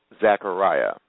Zechariah